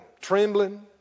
trembling